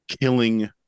killing